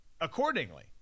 accordingly